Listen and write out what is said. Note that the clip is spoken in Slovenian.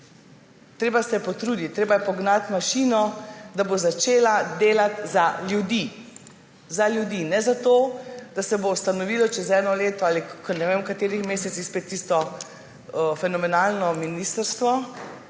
Treba se je potruditi, treba je pognati mašino, da bo začela delati za ljudi. Ne za to, da se bo ustanovilo čez eno leto ali ne vemo, v katerih mesecih, tisto fenomenalno ministrstvo